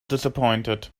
disappointed